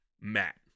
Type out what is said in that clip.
Matt